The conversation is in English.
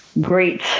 great